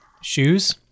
shoes